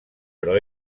però